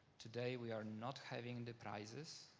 today, we're not having the prizes.